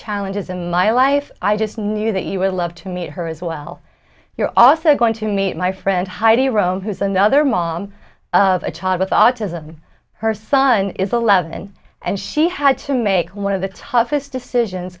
challenges in my life i just knew that you would love to meet her as well you're also going to meet my friend heidi roan who's another mom of a child with autism her son is eleven and she had to make one of the toughest decisions